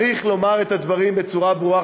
צריך לומר את הדברים בצורה ברורה,